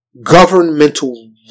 governmental